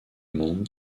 monde